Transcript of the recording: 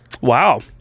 Wow